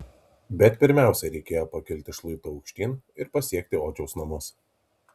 bet pirmiausia reikėjo pakilti šlaitu aukštyn ir pasiekti odžiaus namus